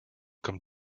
come